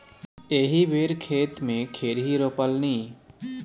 एहि बेर खेते मे खेरही रोपलनि